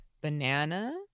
banana